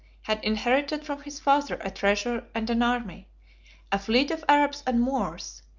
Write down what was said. had inherited from his father a treasure and an army a fleet of arabs and moors,